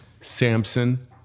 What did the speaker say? Samson